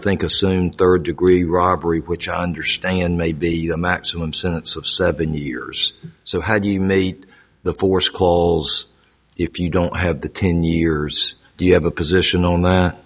think assume third degree robbery which i understand may be the maximum sentence of seven years so how do you mate the force calls if you don't have the ten years you have a position on that